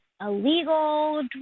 illegal